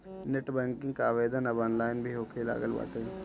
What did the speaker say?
net banking कअ आवेदन अब ऑनलाइन भी होखे लागल बाटे